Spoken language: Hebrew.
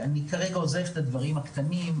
אני עוזב כרגע את הדברים הקטנים,